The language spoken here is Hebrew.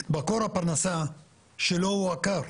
את מקור הפרנסה שלו הוא עקר,